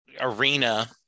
arena